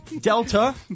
Delta